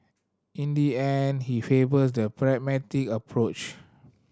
in the end he favours the pragmatic approach